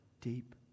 deep